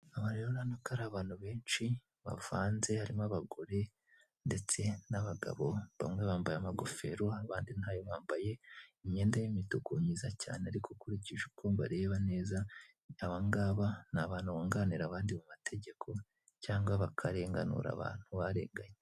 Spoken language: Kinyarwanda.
Aba rero urabona ko ari abantu benshi, bavanze harimo abagore ndetse n'abagabo, bamwe bambaye amagofero abandi ntayo bambaye, imyenda y'imituku myiza cyane ariko ukurikije uko mbareba neza abangaba ni abantu bunganira abandi mu mategeko, cyangwa bakarenganura abantu barenganye.